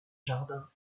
jardin